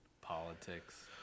Politics